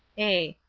a.